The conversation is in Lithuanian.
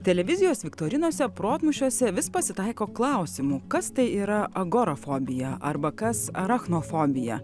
televizijos viktorinose protmūšiuose vis pasitaiko klausimų kas tai yra agorafobija arba kas arachnofobija